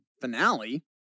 finale